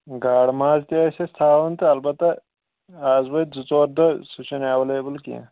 گاڈٕ ماز تہِ ٲس أسۍ تھاوان اَلبتہٕ اَز وٲتۍ زٕ ژور دۄہ سُہ چھُنہٕ ایویلیبٕل کیٚنٛہہ